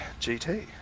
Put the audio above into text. GT